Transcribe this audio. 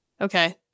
Okay